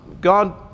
God